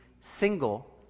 single